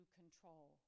control